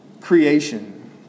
creation